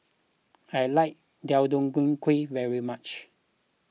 I like Deodeok Gui very much